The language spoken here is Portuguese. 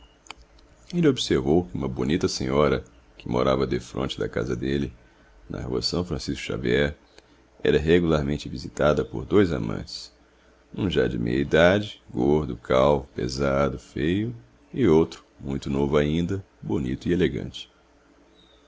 ele observou que uma bonita senhora que morava defronte da casa dele na rua são francisco xavier era regularmente visitada por dois amantes um já de meia-idade gordo calvo pesado feio e outro muito novo ainda bonito e elegante